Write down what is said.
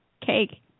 cake